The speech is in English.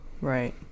Right